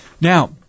Now